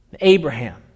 Abraham